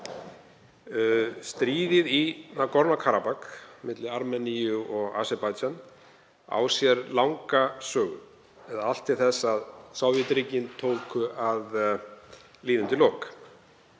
Stríðið í Nagorno-Karabakh, milli Armeníu og Aserbaídsjans, á sér langa sögu eða allt til þess að Sovétríkin tóku að líða undir lok.